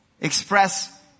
express